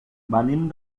venim